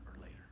later